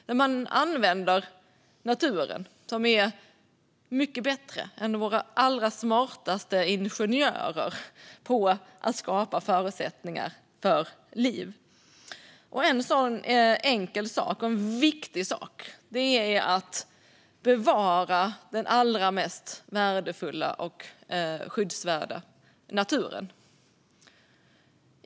De innebär att naturen används, som är bättre än våra allra smartaste ingenjörer, för att skapa förutsättningar för liv. En sådan enkel och viktig sak är att bevara den allra mest värdefulla och skyddsvärda naturen.